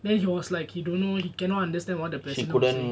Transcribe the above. then he was like he don't know he cannot understand what the president was saying